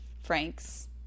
Frank's